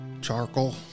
charcoal